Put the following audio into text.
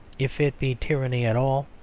if it be tyranny at all,